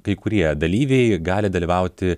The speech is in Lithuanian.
kai kurie dalyviai gali dalyvauti